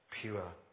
pure